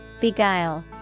Beguile